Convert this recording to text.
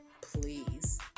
please